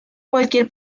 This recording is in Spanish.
cualquier